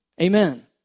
Amen